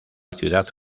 ciudad